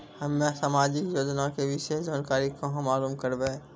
हम्मे समाजिक योजना के विशेष जानकारी कहाँ मालूम करबै?